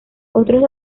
otros